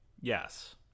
Yes